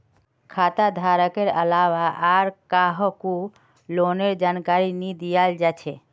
खाता धारकेर अलावा आर काहको लोनेर जानकारी नी दियाल जा छे